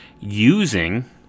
using